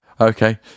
okay